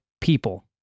People